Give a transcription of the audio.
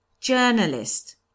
Journalist